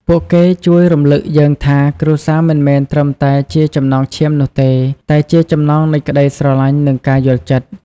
ពួកគេជួយរំលឹកយើងថា គ្រួសារមិនមែនត្រឹមតែជាចំណងឈាមនោះទេ តែជាចំណងនៃក្ដីស្រឡាញ់ និងការយល់ចិត្ត។